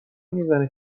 میزنه